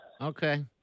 Okay